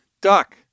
Duck